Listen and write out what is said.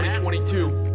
2022